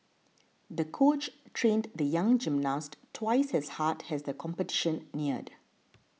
the coach trained the young gymnast twice as hard as the competition neared